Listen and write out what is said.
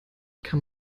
kann